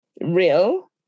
real